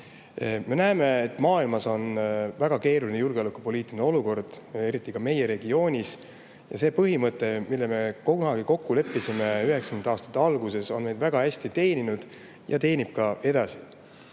Me näeme, et maailmas on väga keeruline julgeolekupoliitiline olukord, eriti meie regioonis. See põhimõte, mille me kunagi kokku leppisime, 1990. aastate alguses, on meid väga hästi teeninud ja teenib ka edasi.